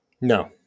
No